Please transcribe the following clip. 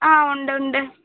ആ ഉണ്ട് ഉണ്ട്